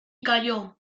calló